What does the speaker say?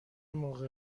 موقع